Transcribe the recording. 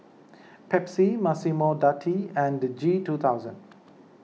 Pepsi Massimo Dutti and G two thousand